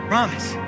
Promise